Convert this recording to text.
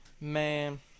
Man